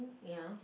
ya